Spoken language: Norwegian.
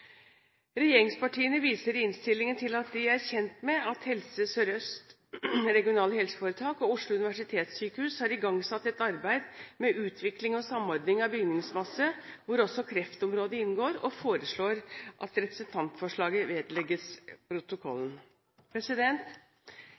Regjeringspartiene viser i innstillingen til at de er kjent med at Helse Sør-Øst RHF og Oslo universitetssykehus har igangsatt et arbeid med utvikling og samordning av bygningsmasse hvor også kreftområdet inngår, og foreslår at representantforslaget vedlegges